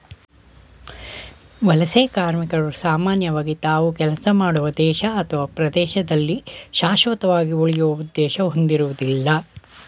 ವಲಸೆ ಕಾರ್ಮಿಕರು ಸಾಮಾನ್ಯವಾಗಿ ತಾವು ಕೆಲಸ ಮಾಡುವ ದೇಶ ಅಥವಾ ಪ್ರದೇಶದಲ್ಲಿ ಶಾಶ್ವತವಾಗಿ ಉಳಿಯುವ ಉದ್ದೇಶ ಹೊಂದಿರುವುದಿಲ್ಲ